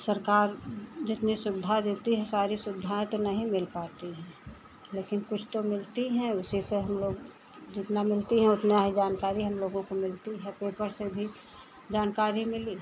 सरकार जितनी सुविधा देती है सारी सुविधाएँ तो नहीं मिल पाती हैं लेकिन कुछ तो मिलती हैं उसी से हमलोग जितना मिलती है उतना ही जानकारी हमलोगों को मिलती है पेपर से भी जानकारी मिली